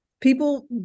people